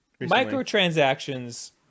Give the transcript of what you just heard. Microtransactions